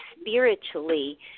spiritually